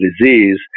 disease